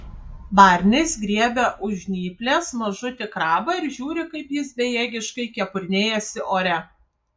barnis griebia už žnyplės mažutį krabą ir žiūri kaip jis bejėgiškai kepurnėjasi ore